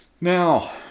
Now